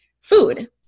food